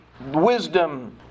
wisdom